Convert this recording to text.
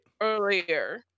earlier